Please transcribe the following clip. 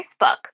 Facebook